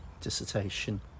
dissertation